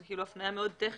זאת כאילו הפניה מאוד טכנית.